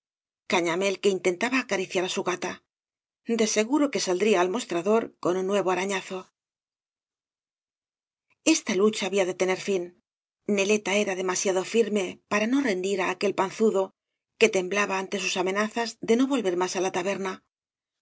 cañamél que intentaba acariciar á su gata de seguro que saldría al mostrador con un nuevo arañazol esta lucha había de tener fia neleta era demasiado firme para no rendir á aquel panzudo que temblaba ante sus amenazas de no volver más á la taberna